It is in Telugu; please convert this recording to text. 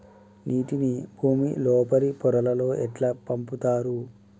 నీటిని భుమి లోపలి పొరలలోకి ఎట్లా పంపుతరు?